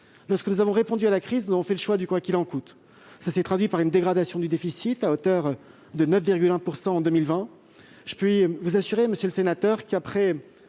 lorsque nous avons répondu à la crise, nous avons fait le choix du « quoi qu'il en coûte », ce qui s'est traduit par une dégradation du déficit à hauteur de 9,1 % en 2020. Je puis vous assurer, monsieur le sénateur, qu'après